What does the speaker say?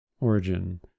origin